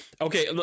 okay